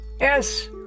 Yes